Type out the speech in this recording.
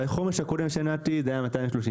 בחומש הקודם של נת"י זה היה 230 מיליון ₪,